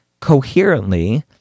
coherently